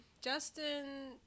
Justin